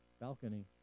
balcony